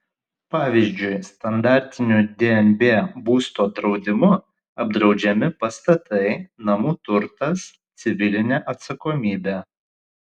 pavyzdžiui standartiniu dnb būsto draudimu apdraudžiami pastatai namų turtas civilinė atsakomybė